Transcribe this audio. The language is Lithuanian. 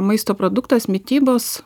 maisto produktas mitybos